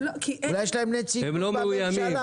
אולי יש להם נציגות בממשלה?